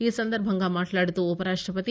ఈ సందర్బంగా మాట్లాడుతూ ఉప రాష్టపతి